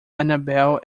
annabelle